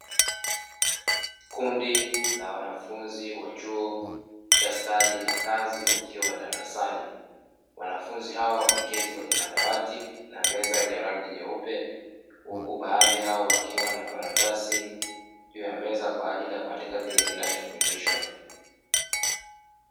Kundi la wanafunzi wa chuo cha stadi na kazi wakiwa darasani, wanafunzi hao wameketi kwenye madawati na meza yenye rangi nyeupe huku baadhi yao wakiwa na karatasi juu ya meza kwa ajili ya kuandika kile kinachofundishwa.